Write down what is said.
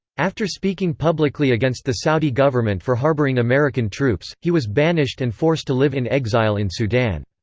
after speaking publicly against the saudi government for harboring american troops, he was banished and forced to live in exile in sudan.